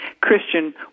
Christian